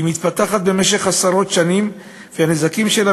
היא מתפתחת במשך עשרות שנים והנזקים שלה